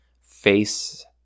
face